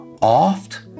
oft